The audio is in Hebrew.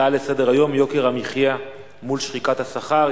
נעבור להצעות לסדר-היום בנושא: יוקר המחיה מול שחיקת השכר,